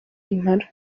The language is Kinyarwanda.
impala